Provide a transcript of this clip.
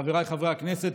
חבריי חברי הכנסת,